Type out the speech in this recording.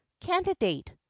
candidate